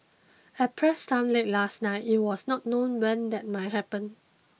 at press time late last night it was not known when that might happen